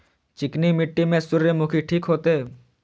चिकनी मिट्टी में सूर्यमुखी ठीक होते?